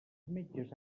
metges